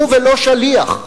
הוא ולא שליח,